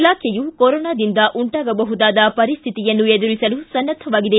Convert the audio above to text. ಇಲಾಖೆಯು ಕೊರೋನಾದಿಂದ ಉಂಟಾಗಬಹುದಾದ ಪರಿಸ್ಟಿತಿಯನ್ನು ಎದುರಿಸಲು ಸನ್ನದ್ವವಾಗಿದೆ